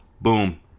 boom